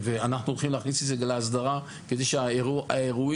אנחנו הולכים להכניס את זה להסדרה כדי שהאירועים